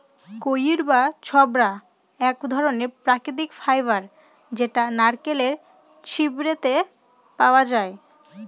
কইর বা ছবড়া এক ধরনের প্রাকৃতিক ফাইবার যেটা নারকেলের ছিবড়েতে পাওয়া যায়